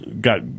got